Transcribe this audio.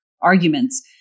arguments